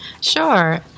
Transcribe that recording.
Sure